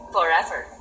Forever